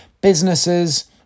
businesses